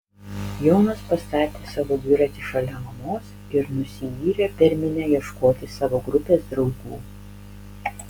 jonas pastatė savo dviratį šalia mamos ir nusiyrė per minią ieškoti savo grupės draugų